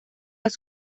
las